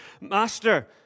Master